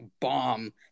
Bomb